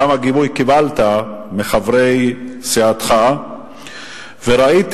כמה גיבוי קיבלת מחברי סיעתך וראיתי את